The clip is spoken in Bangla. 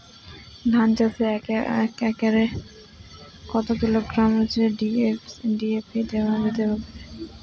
ধান চাষে এক একরে কত কিলোগ্রাম ডি.এ.পি দেওয়া যেতে পারে?